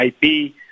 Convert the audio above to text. IP